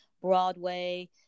Broadway